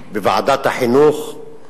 בוועדת החינוך,